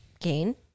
gain